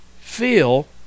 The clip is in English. feel